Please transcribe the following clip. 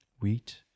wheat